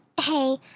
hey